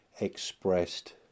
expressed